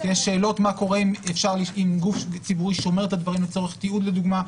יש שאלות מה קורה עם גוף ציבורי שומר את הדברים לצורך תיעוד לדוגמה,